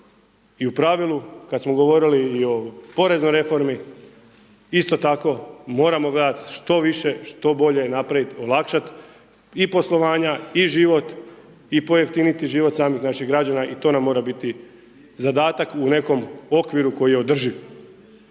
I u pravilu kada smo govorili i o poreznoj reformi isto tako moramo gledati što više, što bolje napraviti i poslovanja i život i pojeftiniti život samih naših građana i to na mora biti zadatak u nekom okviru koji je održiv